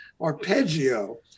arpeggio